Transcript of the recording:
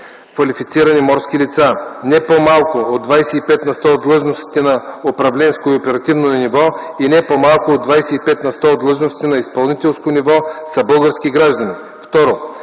квалифицирани морски лица. Не по-малко от 25 на сто от длъжностите на управленско и оперативно ниво и не по-малко от 25 на сто от длъжностите на изпълнителско ниво са български граждани.